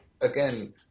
again